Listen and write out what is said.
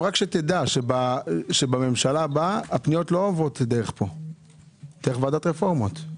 תדע שבממשלה הבאה הפניות לא יעברו דרך פה אלא דרך ועדת הרפורמות.